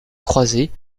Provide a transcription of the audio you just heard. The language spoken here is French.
croisée